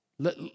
Let